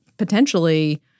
potentially